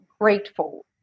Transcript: grateful